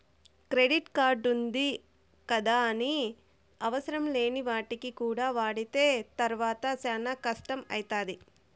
credit కార్డుంది గదాని అవసరంలేని వాటికి కూడా వాడితే తర్వాత సేనా కట్టం అయితాది